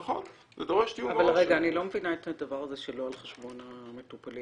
נכון, זה דורש תיאום מראש.